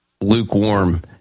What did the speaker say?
lukewarm